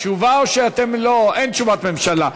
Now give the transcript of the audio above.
לא, אין תשובת ממשלה.